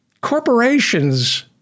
Corporations